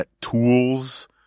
tools